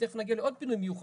ותכף נגיע לעוד פינוי מיוחד,